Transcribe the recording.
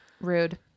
rude